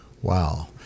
Wow